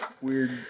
weird